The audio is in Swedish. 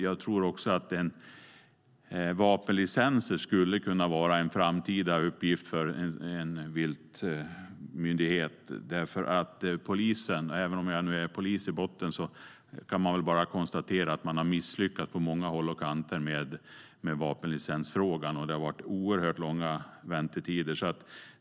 Jag tror att också vapenlicenser skulle kunna vara en framtida uppgift för en viltmyndighet. Även om jag är polis i botten kan jag konstatera att polisen har misslyckats med vapenlicensfrågan på många håll och kanter. Det har varit oerhört långa väntetider.